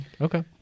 Okay